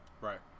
Right